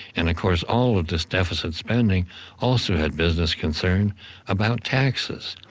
and of course all of this deficit spending also had business concern about taxes.